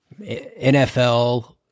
NFL